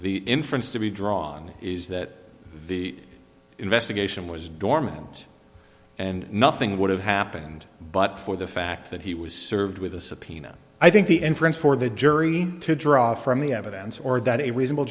the inference to be drawn is that the investigation was dormant and nothing would have happened but for the fact that he was served with a subpoena i think the inference for the jury to draw from the evidence or that a reasonable